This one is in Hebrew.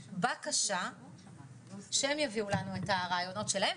בקשה שהם יביאו לנו את הרעיונות שלהם,